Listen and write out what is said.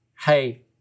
hey